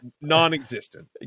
non-existent